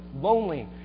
lonely